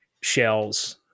shells